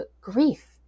grief